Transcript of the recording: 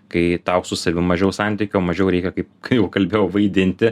kai tau su savim mažiau santykių o mažiau reikia kaip kai jau kalbėjau vaidinti